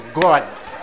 God